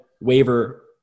waiver